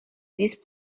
these